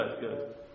Good